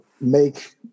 make